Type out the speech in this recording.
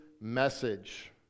message